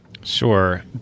Sure